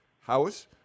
house